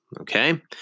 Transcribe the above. Okay